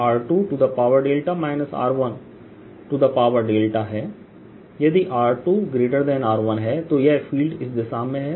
यदि r2r1 है तो यह फील्ड इस दिशा में है